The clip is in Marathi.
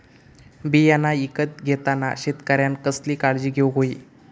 बियाणा ईकत घेताना शेतकऱ्यानं कसली काळजी घेऊक होई?